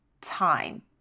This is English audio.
time